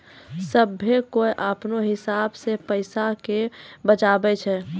सभ्भे कोय अपनो हिसाब से पैसा के बचाबै छै